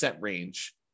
range